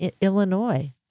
Illinois